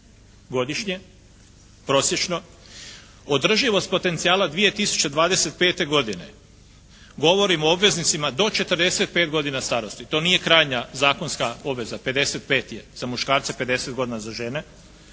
godišnje prosječno, održivost potencijala 2025. godine, govorim o obveznicima do 45 godina starosti. To nije krajnja zakonska obveza, 55 je za muškarce, 50 godina za žene